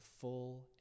full